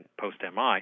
post-MI